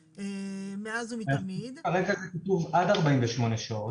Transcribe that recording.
מאז ומתמיד --- כרגע כתוב עד 48 שעות.